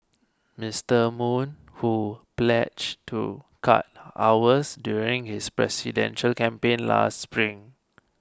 Mister Moon who pledged to cut hours during his presidential campaign last spring